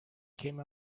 came